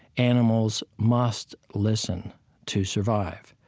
animals must listen to survive.